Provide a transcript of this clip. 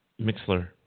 Mixler